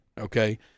okay